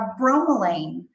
bromelain